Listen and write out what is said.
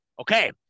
Okay